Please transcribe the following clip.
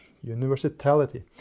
universality